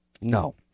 No